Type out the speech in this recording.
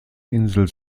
insel